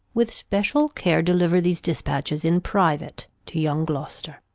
with special care deliver these dispatches in private to young gloster.